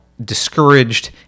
discouraged